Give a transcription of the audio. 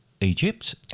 Egypt